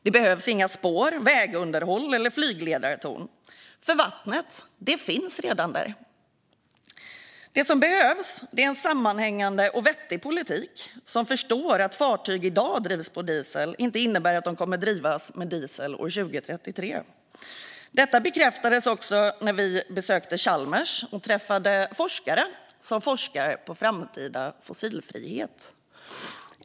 Det behövs inga spår, inget vägunderhåll och inga flygledartorn. Vattnet finns redan där. Det som behövs är en sammanhängande och vettig politik som förstår att bara för att fartyg i dag drivs på diesel innebär det inte att de kommer att drivas med diesel år 2033. Detta bekräftades när vi besökte Chalmers och träffade forskare som forskar på framtida fossilfrihet.